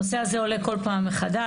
הנושא הזה עולה כל פעם מחדש.